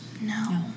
No